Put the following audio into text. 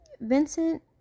Vincent